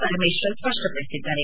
Parameshwar ಸ್ಪಷ್ಪಡಿಸಿದ್ದಾರೆ